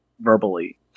verbally